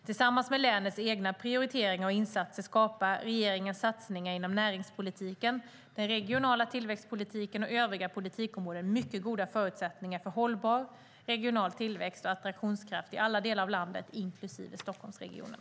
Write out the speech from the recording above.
Tillsammans med länets egna prioriteringar och insatser skapar regeringens satsningar inom näringspolitiken, den regionala tillväxtpolitiken och övriga politikområden mycket goda förutsättningar för hållbar regional tillväxt och attraktionskraft i alla delar av landet, inklusive Stockholmsregionen.